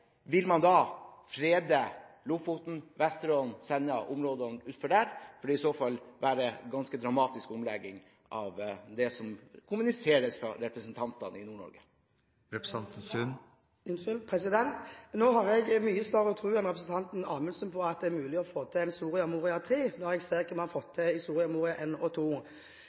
vil i så fall være en ganske dramatisk omlegging av det som kommuniseres fra representantene i Nord-Norge. Nå har jeg mye større tro enn representanten Amundsen på at det er mulig å få til en Soria Moria III, når jeg ser hva vi har fått til i Soria Moria I og